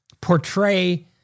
portray